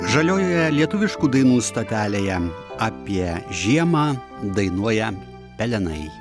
žaliojoje lietuviškų dainų stotelėje apie žiemą dainuoja pelenai